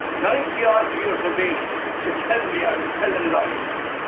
ninety odd years of age, to tell me i was telling lies,